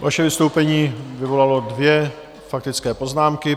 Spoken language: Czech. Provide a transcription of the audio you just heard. Vaše vystoupení vyvolalo dvě faktické poznámky.